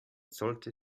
sollte